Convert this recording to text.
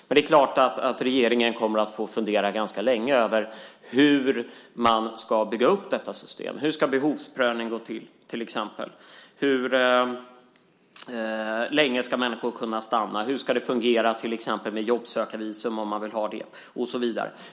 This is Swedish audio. Det är klart att regeringen kommer att få fundera ganska länge över hur man ska bygga upp detta system, hur behovsprövningen ska gå till, hur länge människor ska kunna stanna, hur det skulle fungera med jobbsökarvisum om man vill ha det och så vidare.